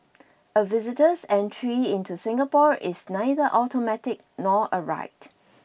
a visitor's entry into Singapore is neither automatic nor a right